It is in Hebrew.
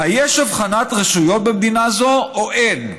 היש הבחנת רשויות במדינה זו, או אין?